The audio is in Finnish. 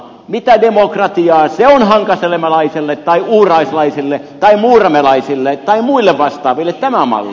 mitä demokratiaa se on hankasalmelaisille tai uuraislaisille tai muuramelaisille tai muille vastaaville tämä malli